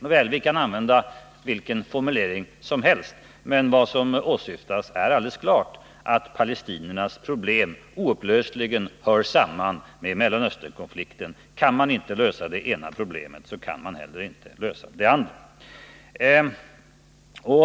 Nåväl, vi kan använda vilken formulering som helst, men vad som åsyftas är alldeles klart: palestiniernas problem hör oupplösligt samman med Mellanösternkonflikten. Kan man inte lösa det ena problemet kan man inte heller lösa det andra.